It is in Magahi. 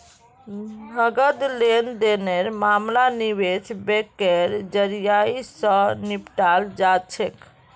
नकद लेन देनेर मामला निवेश बैंकेर जरियई, स निपटाल जा छेक